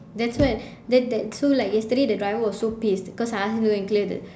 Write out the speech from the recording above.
that's why that that so like yesterday the driver was so pissed cause I asked him to go and clear the